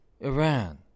Iran